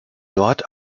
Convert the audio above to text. dort